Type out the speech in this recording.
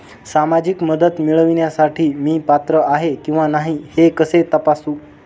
सामाजिक मदत मिळविण्यासाठी मी पात्र आहे किंवा नाही हे कसे तपासू?